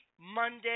Monday